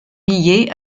liés